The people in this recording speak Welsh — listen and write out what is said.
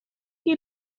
chi